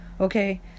Okay